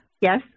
Yes